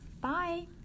Bye